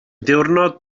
ddiwrnod